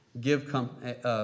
give